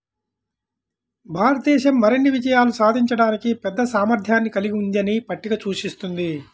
భారతదేశం మరిన్ని విజయాలు సాధించడానికి పెద్ద సామర్థ్యాన్ని కలిగి ఉందని పట్టిక సూచిస్తుంది